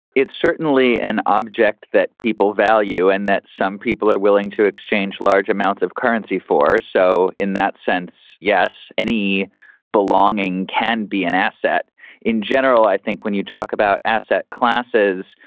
it's certainly an object that people value and that some people are willing to exchange large amounts of currency for. so in that sense, yes, any belonging can be an asset in general, i think when you talk about asset classes,